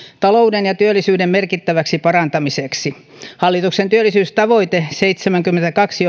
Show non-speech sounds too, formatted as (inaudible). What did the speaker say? talouden ja työllisyyden merkittäväksi parantamiseksi hallituksen työllisyystavoite seitsemänkymmentäkaksi (unintelligible)